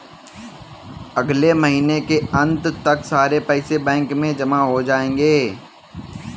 अगले महीने के अंत तक सारे पैसे बैंक में जमा हो जायेंगे